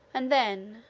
and then,